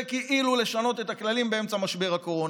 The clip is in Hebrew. זה כאילו לשנות את הכללים באמצע משבר הקורונה.